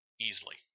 Easily